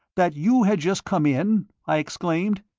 that you had just come in? i exclaimed.